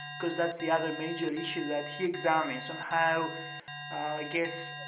because that's the other major issue that he examines, on how, i guess,